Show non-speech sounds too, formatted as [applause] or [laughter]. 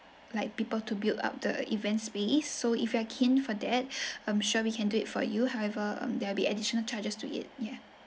like people to build up the event space so if you are keen for that [breath] I'm sure we can do it for you however um there will be additional charges to it ya